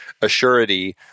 assurity